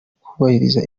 kubahiriza